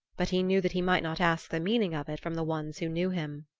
but he knew that he might not ask the meaning of it from the ones who knew him.